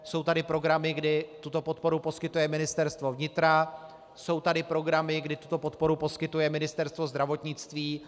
Jsou tady programy, kdy tuto podporu poskytuje Ministerstvo vnitra, jsou tady programy, kdy tuto podporu poskytuje Ministerstvo zdravotnictví.